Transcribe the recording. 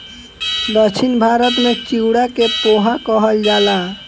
दक्षिण भारत में चिवड़ा के पोहा कहल जाला